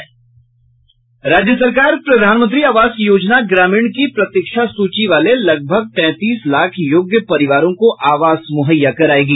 राज्य सरकार प्रधानमंत्री आवास योजना ग्रामीण की प्रतिक्षा सूची वाले लगभग तैंतीस लाख योग्य परिवारों को आवास मुहैया करायेगी